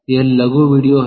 यह लघु वीडियो है